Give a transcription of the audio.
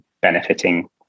benefiting